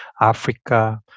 Africa